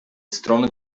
strony